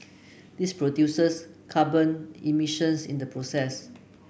this produces carbon emissions in the process